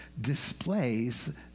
displays